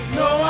no